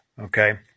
Okay